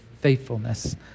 faithfulness